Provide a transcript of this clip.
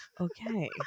okay